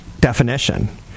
definition